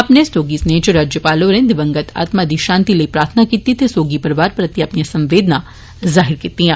अपने सौगी स्नेह इच राज्यपाल होरें दिव्गत आत्मा दी शान्ति लेई प्रार्थना कीती ते सौगी परौआर प्रति अपनियां संवेदना जाहिर कीतियां